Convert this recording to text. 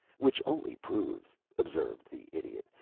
which only proves, observed the idiot,